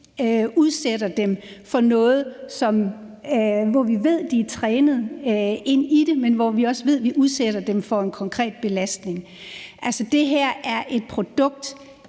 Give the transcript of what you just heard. udsætter dem for noget, hvor vi ved, de er trænet til det, men hvor vi også ved, at vi udsætter dem for en konkret belastning. Det her er et produkt.